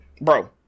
Bro